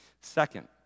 Second